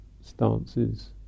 stances